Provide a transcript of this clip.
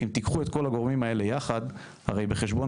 אם תיקחו את כל הגורמים האלה יחד הרי בחשבון